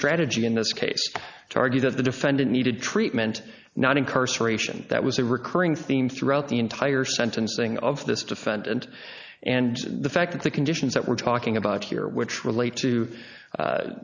strategy in this case to argue that the defendant needed treatment not incarceration that was a recurring theme throughout the entire sentencing of this defendant and the fact that the conditions that we're talking about here which relate to